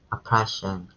Oppression